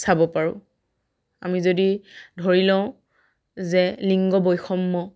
চাব পাৰোঁ আমি যদি ধৰি লওঁ যে লিংগ বৈষম্য